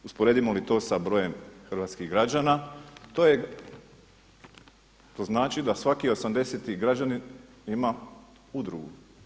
Usporedimo li to sa brojem hrvatskih građana, to je, to znači da svaki 80-ti građanin ima udrugu.